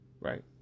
Right